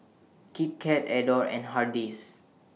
Kit Kat Adore and Hardy's